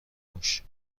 موش